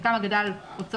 הפתרונות שאמרתם פה,